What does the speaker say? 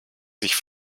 sich